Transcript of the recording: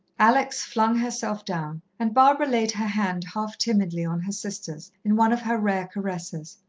alex flung herself down, and barbara laid her hand half timidly on her sister's, in one of her rare caresses.